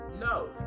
No